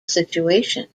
situation